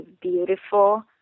beautiful